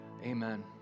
Amen